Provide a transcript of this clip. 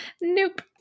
Nope